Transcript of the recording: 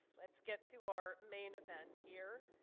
let's get to our main event here.